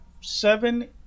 seven